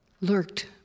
lurked